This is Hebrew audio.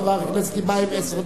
חבר הכנסת טיבייב, עשר דקות.